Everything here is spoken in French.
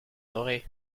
aurait